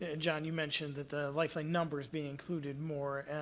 ah john, you mentioned that the lifeline numbers be included more.